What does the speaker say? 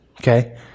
okay